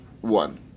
one